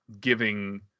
giving